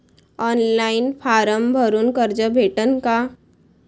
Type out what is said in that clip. Online form भरून कर्ज भेटन का?